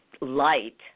light